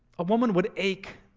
a woman would ache